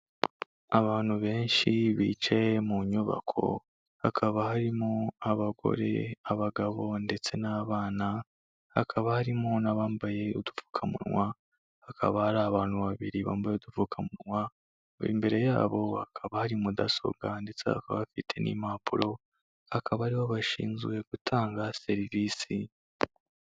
Abantu benshi bicaye mu nyubako, hakaba harimo abagore, abagabo ndetse n'abana, hakaba harimo n'abambaye udupfukamunwa, hakaba hari abantu babiri bambaye udupfukamunwa, imbere yabo hakaba hari mudasobwa ndetse bakaba bafite n'impapuro akaba ari bo bashinzwe gutanga serivisi.